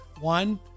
One